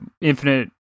infinite